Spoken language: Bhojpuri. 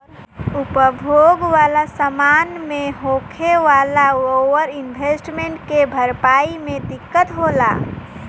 उपभोग वाला समान मे होखे वाला ओवर इन्वेस्टमेंट के भरपाई मे दिक्कत होला